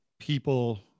people